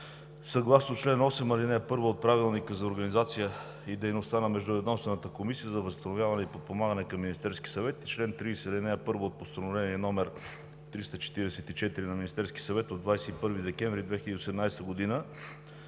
Съгласно чл. 8, ал. 1 от Правилника за организацията и дейността на Междуведомствената комисия за възстановяване и подпомагане към Министерския съвет и чл. 30, ал. 1 от Постановление № 344 на Министерския съвет от 21 декември 2018 г. за